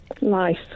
Nice